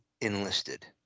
enlisted